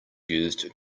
used